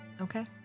Okay